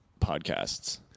podcasts